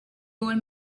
old